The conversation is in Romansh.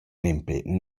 nempe